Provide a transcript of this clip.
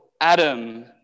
Adam